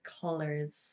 colors